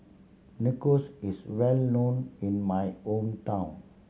nachos is well known in my hometown